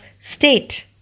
State